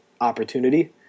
opportunity